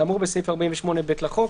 כאמור בסעיף 48(ב) לחוק.